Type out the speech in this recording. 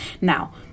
Now